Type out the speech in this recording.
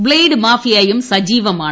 blade മാഫിയയും സജീവമാണ്